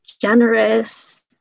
generous